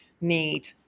need